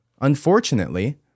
unfortunately